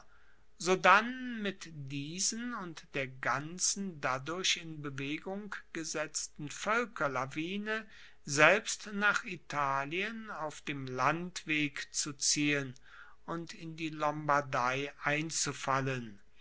sodann mit diesen und der ganzen dadurch in bewegung gesetzten voelkerlawine selbst nach italien auf dem landweg zu ziehen und in die lombardei einzufallen